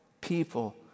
people